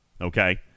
Okay